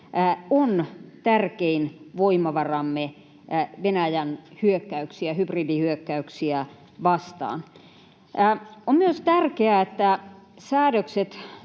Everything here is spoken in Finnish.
on tärkein voimavaramme Venäjän hybridihyökkäyksiä vastaan. On myös tärkeää, että säädökset